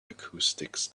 acoustics